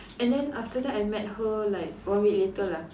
and then after that I met her like one week later lah